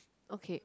okay